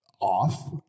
off